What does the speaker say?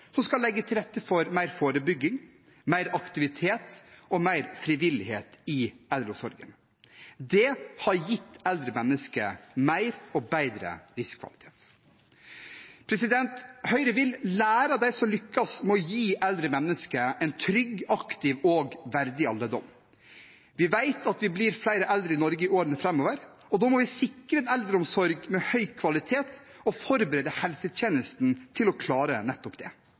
som skal legge til rette for mer forebygging, mer aktivitet og mer frivillighet i eldreomsorgen. Det har gitt eldre mennesker mer og bedre livskvalitet. Høyre vil lære av dem som lykkes med å gi eldre mennesker en trygg, aktiv og verdig alderdom. Vi vet at vi blir flere eldre i Norge i årene framover. Da må vi sikre en eldreomsorg med høy kvalitet og forberede helsetjenesten på å klare nettopp det.